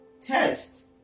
test